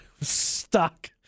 stuck